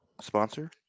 sponsor